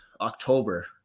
October